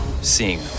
seeing